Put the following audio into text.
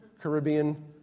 Caribbean